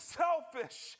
selfish